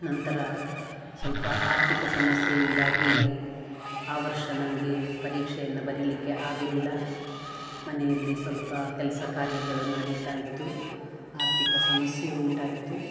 ನಂತರ ಸ್ವಲ್ಪ ಆರ್ಥಿಕ ಸಮಸ್ಯೆಯಿಂದಾಗಿ ಆ ವರ್ಷ ನನಗೆ ಪರೀಕ್ಷೆಯನ್ನಿ ಬರಿಲಿಕ್ಕೆ ಆಗಲಿಲ್ಲ ಮನೆಯಲ್ಲಿ ಸ್ವಲ್ಪ ಕೆಲಸ ಕಾರ್ಯಗಳು ನಡಿತಾ ಇತ್ತು ಆರ್ಥಿಕ ಸಮಸ್ಯೆ ಉಂಟಾಯಿತು